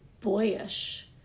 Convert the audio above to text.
boyish